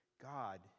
God